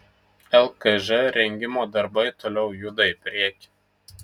lkž rengimo darbai toliau juda į priekį